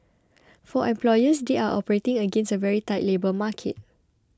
for employers they are operating against a very tight labour market